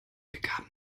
begaben